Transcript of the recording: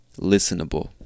Listenable